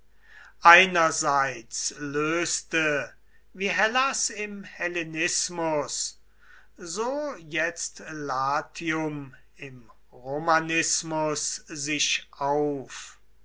einerseits löste wie hellas im hellenismus so jetzt latium im romanismus sich auf